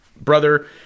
brother